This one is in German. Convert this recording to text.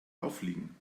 auffliegen